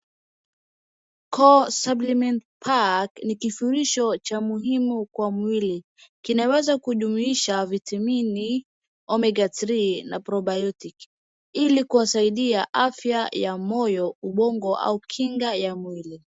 core supplement bag ni kifurisho cha muhimu kwa mwili. Kinaweza kujumuisha vitamini, omega 3 na probiotic ili kuwasaidia afya ya moyo, ubongo au kinga ya mwili.